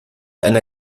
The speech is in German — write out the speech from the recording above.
einer